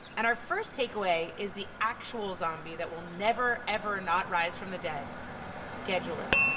and our first takeaway is the actual zombie that will never ever not rise from the dead scheduling